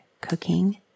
cooking